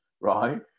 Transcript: right